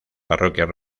parroquias